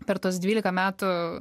per tuos dvylika metų